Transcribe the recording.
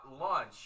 lunch